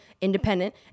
independent